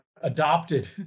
adopted